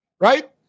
Right